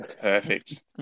Perfect